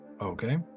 okay